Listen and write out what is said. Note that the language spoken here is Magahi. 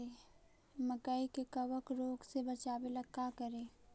मकई के कबक रोग से बचाबे ला का करि?